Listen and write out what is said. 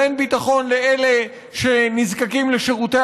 ואין ביטחון לאלה שנזקקים לשירותי